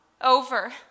over